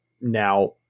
now